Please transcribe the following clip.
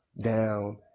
down